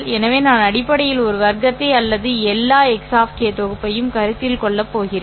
எனவே நான் அடிப்படையில் ஒரு வர்க்கத்தை அல்லது எல்லா x of தொகுப்பையும் கருத்தில் கொள்ளப் போகிறேன்